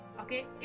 okay